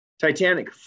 Titanic